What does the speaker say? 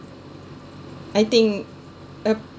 I think a